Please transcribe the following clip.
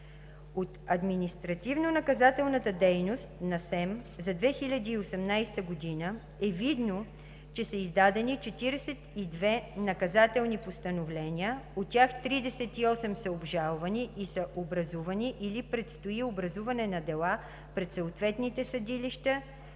От административнонаказателната дейност на СЕМ за 2018 г. е видно, че са издадени 42 наказателни постановления, от тях 38 са обжалвани и са образувани или предстои образуване на дела пред съответните съдилища,